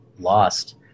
lost